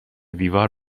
دیوار